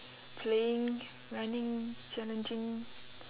playing running challenging